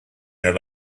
their